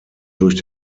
durch